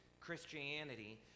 Christianity